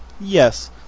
Yes